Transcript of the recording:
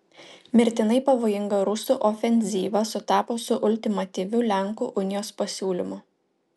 mirtinai pavojinga rusų ofenzyva sutapo su ultimatyviu lenkų unijos pasiūlymu